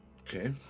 Okay